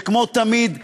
שכמו תמיד,